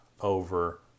over